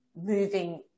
moving